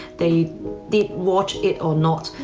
they did watch it or not.